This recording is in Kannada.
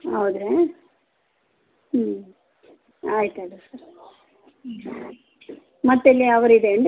ಹೌದು ರೀ ಹ್ಞೂ ಆಯ್ತದೆ ರೀ ಸರ್ ಮತ್ತೆ ಅಲ್ಲಿ